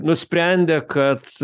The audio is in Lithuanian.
nusprendė kad